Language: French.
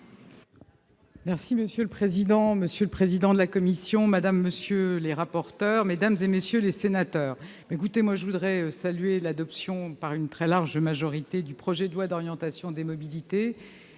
Monsieur le président, monsieur le président de la commission, madame, monsieur les rapporteurs, mesdames, messieurs les sénateurs, je voudrais saluer l'adoption, par une très large majorité, du projet de loi d'orientation des mobilités